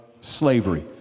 slavery